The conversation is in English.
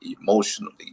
emotionally